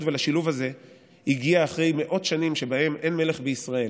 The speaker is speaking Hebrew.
ולשילוב הזה הגיעה אחרי מאות שנים שבהן "אין מלך בישראל.